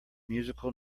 musical